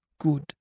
good